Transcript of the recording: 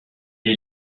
est